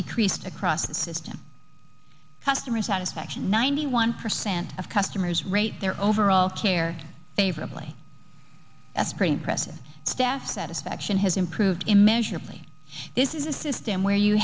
decreased across the system customer satisfaction ninety one percent of customers rate their overall care favorably that's pretty impressive staff satisfaction has improved immeasurably this is a system where you